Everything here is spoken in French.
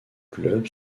club